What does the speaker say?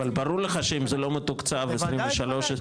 אבל ברור לך שאם זה לא מתוקצב ב-2023 וודאי.